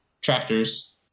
tractors